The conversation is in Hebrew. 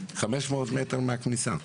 500 מטר מהכניסה,